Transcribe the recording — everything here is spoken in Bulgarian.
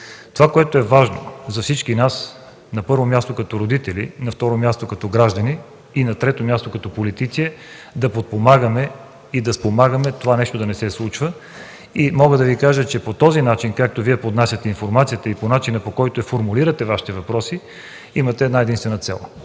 Това, което е важно за всички нас, на първо място, като родители, на второ място, като граждани, а на трето място, като политици, е да подпомагаме и да спомагаме такова нещо да не се случва. Искам да Ви кажа, че по този начин, както Вие поднасяте информацията и по начина, по който формулирате Вашите въпроси, имате една единствена цел